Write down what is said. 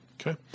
okay